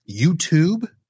YouTube